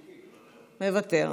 מוותר,